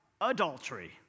adultery